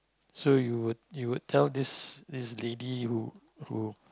so you would you would tell this this lady who who